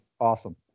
Awesome